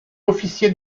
officier